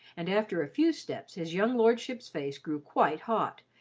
and after a few steps his young lordship's face grew quite hot,